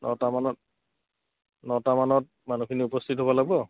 নটামানত নটামানত মানুহখিনি উপস্থিত হ'ব লাগিব